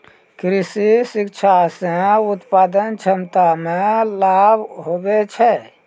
कृषि शिक्षा से उत्पादन क्षमता मे लाभ हुवै छै